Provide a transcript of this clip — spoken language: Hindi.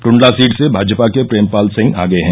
ट्डला सीट से भाजपा के प्रेमपाल सिंह आगे हैं